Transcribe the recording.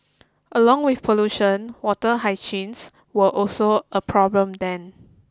along with pollution water hyacinths were also a problem then